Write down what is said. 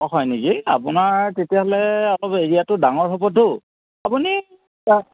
অঁ হয় নেকি আপোনাৰ তেতিয়াহ'লে অলপ এৰিয়াটো ডাঙৰ হ'বতো আপুনি দহ